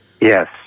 Yes